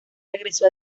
regresó